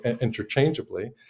interchangeably